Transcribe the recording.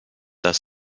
das